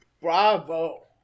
Bravo